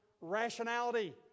rationality